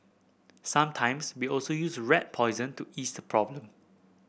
sometimes we also use rat poison to ease the problem